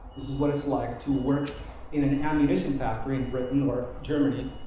this is what it's like to work in an ammunition factory in britain or germany.